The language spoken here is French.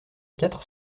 quatre